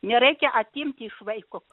nereikia atimti iš vaiko